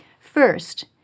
First